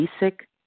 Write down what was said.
basic